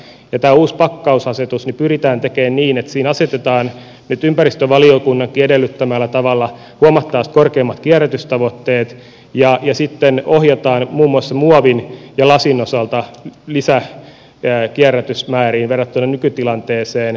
tämä uusi pakkausasetus pyritään tekemään niin että siinä asetetaan nyt ympäristövaliokunnankin edellyttämällä tavalla huomattavasti korkeammat kierrätystavoitteet ja sitten ohjataan muun muassa muovin ja lasin osalta lisäkierrätysmääriin verrattuna nykytilanteeseen